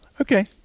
Okay